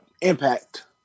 Impact